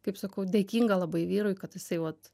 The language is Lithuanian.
kaip sakau dėkinga labai vyrui kad jisai vat